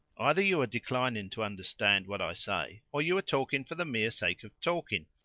either you are declining to understand what i say or you are talking for the mere sake of talking.